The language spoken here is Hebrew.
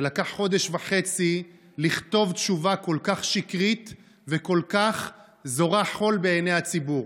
שלקח חודש וחצי לכתוב תשובה כל כך שקרית וכל כך זורה חול בעיני הציבור.